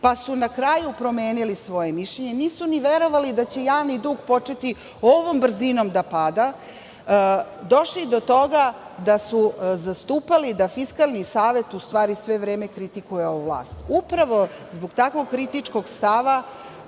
pa su na kraju promenili svoje mišljenje. Nisu verovali da će javni dug početi ovom brzinom da pada. Došli su do toga da su zastupali da Fiskalni savet u stvari vreme kritikuje ovu vlast. Upravo zbog takvog kritičkog stava